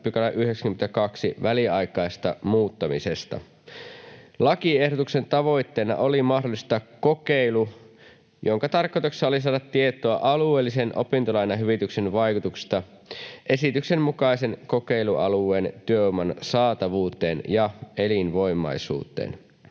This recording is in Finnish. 92 §:n väliaikaisesta muuttamisesta. Lakiehdotuksen tavoitteena oli mahdollistaa kokeilu, jonka tarkoituksena oli saada tietoa alueellisen opintolainahyvityksen vaikutuksista esityksen mukaisen kokeilualueen työvoiman saatavuuteen ja elinvoimaisuuteen.